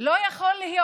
לא יכול להיות.